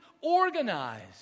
organized